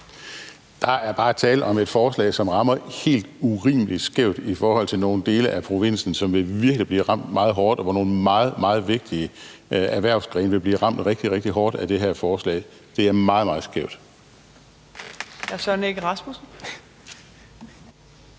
Der er bare tale om et forslag, som rammer helt urimelig skævt i forhold til nogle dele af provinsen, som virkelig vil blive ramt meget hårdt. Nogle meget, meget vigtige erhvervsgrene vil blive ramt rigtig, rigtig hårdt af det her forslag. Det er meget, meget skævt.